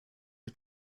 are